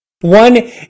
One